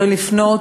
יכולים לפנות